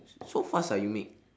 so fast ah you make